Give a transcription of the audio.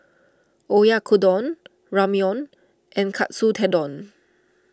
Oyakodon Ramyeon and Katsu Tendon